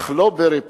אך לא בריפוי.